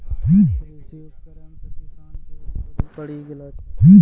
कृषि उपकरण से किसान के उपज बड़ी गेलो छै